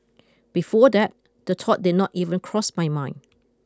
before that the thought did not even cross my mind